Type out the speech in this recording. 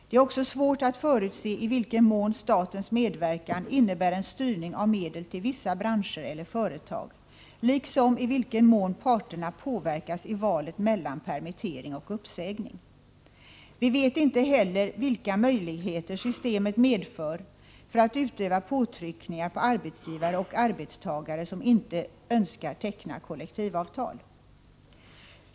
Det är också svårt att förutse i vilken mån statens medverkan innebär en styrning av medel till vissa branscher eller företag, liksom i vilken mån parterna påverkas i valet mellan permittering och uppsägning. Vi vet inte heller vilka möjligheter systemet medför för att utöva påtryckningar på arbetsgivare och arbetstagare som inte önskar teckna kollektivavtal.